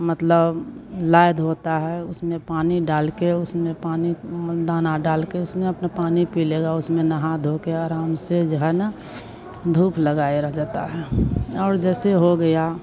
मतलब लैद होता है उसमें पानी डालकर उसमें पानी में दाना डालकर उसमें अपना पानी पी लेगा उसमें नहा धोकर आराम से जो है न धूप लगाए रह जाता है और जैसे हो गया